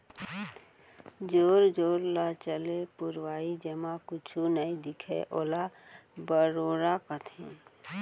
जोर जोर ल चले पुरवाई जेमा कुछु नइ दिखय ओला बड़ोरा कथें